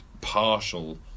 partial